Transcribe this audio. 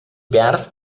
biars